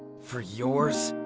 for yours,